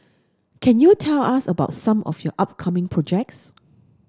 can you tell us about some of your upcoming projects